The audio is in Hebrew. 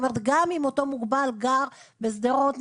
גם אם אותו מוגבל גר בשדרות,